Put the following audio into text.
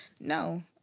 No